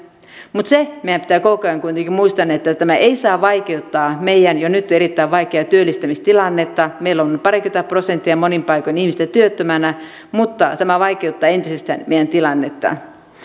mutta se meidän pitää koko ajan kuitenkin muistaa että tämä ei saa vaikeuttaa meidän jo nyt erittäin vaikeaa työllistämistilannetta meillä on parikymmentä prosenttia monin paikoin ihmisistä työttömänä mutta tämä vaikeuttaa entisestään meidän tilannettamme